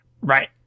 Right